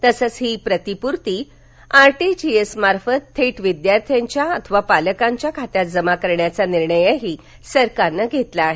तसंच ही प्रतिपूर्ती आरटीजीएस मार्फत थेट विद्यार्थ्यांच्या अथवा पालकांच्या खात्यात जमा करण्याचा निर्णयही सरकारनं घेतला आहे